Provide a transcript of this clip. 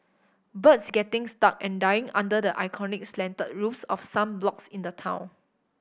birds getting stuck and dying under the iconic slanted roofs of some blocks in the town